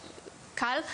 קל.